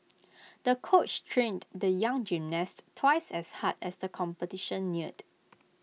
the coach trained the young gymnast twice as hard as the competition neared